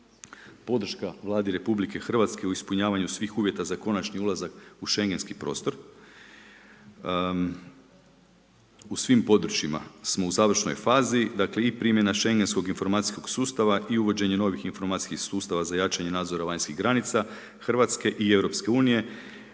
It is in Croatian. Podrška Vladi RH u ispunjavanju svih uvjeta za konačni ulazak u Šengenski prostor. U svim područjima smo u završnoj fazi, dakle, i primjena Šengenskog informacijskog sustava i uvođenje novih informacijskih sustava za jačanje nadzora vanjskih granica RH i EU